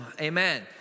amen